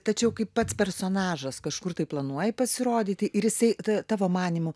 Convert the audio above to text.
tačiau kaip pats personažas kažkur tai planuoji pasirodyti ir jisai ta tavo manymu